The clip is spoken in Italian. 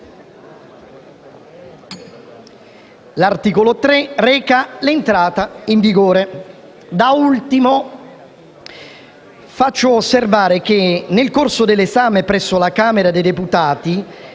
L'articolo 3 reca l'entrata in vigore.